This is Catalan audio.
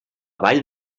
vall